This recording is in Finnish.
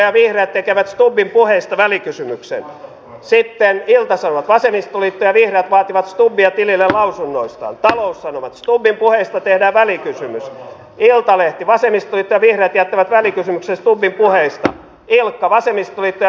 tiedämme hyvin että turvallisuusympäristö on muuttumassa epämiellyttävällä tavalla tavalla joka merkitsee sitä että meidän on myöskin käytännössä kyettävä tekemään johtopäätöksiä johtopäätöksiä jotka merkitsevät ratkaisuja ulko ja turvallisuuspolitiikan lisäksi myöskin puolustuspolitiikkaa koskien